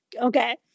Okay